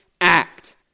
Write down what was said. act